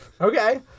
Okay